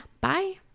Bye